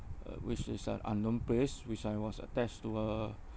uh which is an unknown place which I was attached to a